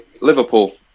Liverpool